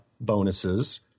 bonuses